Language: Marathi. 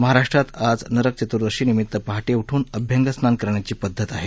महाराष्ट्रात आज नरकचतूर्दशी निमित्त पहाटे उठून अभ्यंगस्नान करण्याची पद्धत आहे